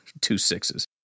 two-sixes